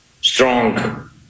strong